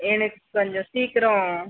எனக்கு கொஞ்சம் சீக்கிரம்